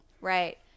Right